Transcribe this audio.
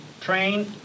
train